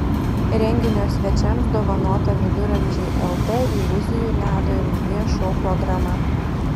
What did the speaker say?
renginio svečiams dovanota viduramžiai lt iliuzijų ledo ir ugnies šou programa